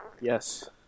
Yes